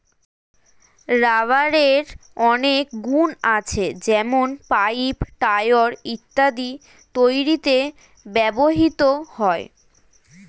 রাবারের অনেক গুন আছে যেমন পাইপ, টায়র ইত্যাদি তৈরিতে ব্যবহৃত হয়